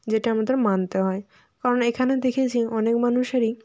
যেটা আমাদের মানতে হয় কারণ এইখানে দেখেছি অনেক মানুষেরই